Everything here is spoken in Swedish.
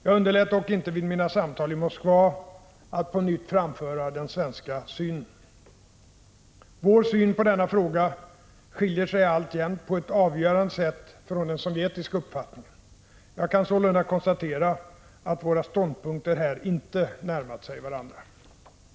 Jag underlät dock inte vid mina samtal i Moskva att på nytt framföra den svenska synen. Vår syn på denna fråga skiljer sig alltjämt på ett avgörande sätt från den sovjetiska uppfattningen. Jag kan sålunda konstatera att våra ståndpunkter — Prot. 1985/86:142 här inte närmat sig varandra.